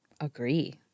agree